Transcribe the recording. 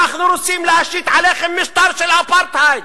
אנחנו רוצים להשית עליכם משטר של אפרטהייד.